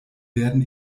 werden